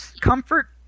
comfort